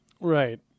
Right